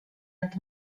ond